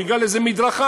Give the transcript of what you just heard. בגלל איזו מדרכה,